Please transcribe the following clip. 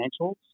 financials